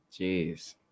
Jeez